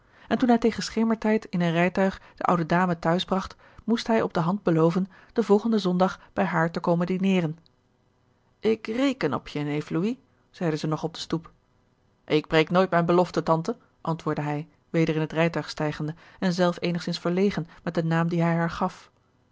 en toen hij tegen schemertijd in een rijtuig de oude dame t'huis bracht moest hij op de hand beloven den volgenden zondag bij haar te komen dineeren ik reken op je neef louis zeide zij nog op den stoep ik breek nooit mijne beloften tante antwoordde hij weder in het rijtuig stijgende en zelf eenigzins verlegen met den naam dien hij haar gaf